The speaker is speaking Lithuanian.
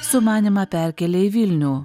sumanymą perkelia į vilnių